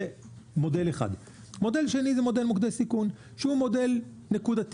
מודל שני זה מודל מוקדי סיכון, והוא מודל נקודתי.